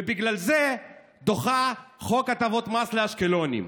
ובגלל זה דוחה חוק הטבות מס לאשקלונים.